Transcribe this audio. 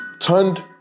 turned